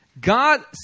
God